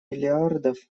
миллиардов